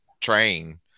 train